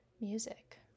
Music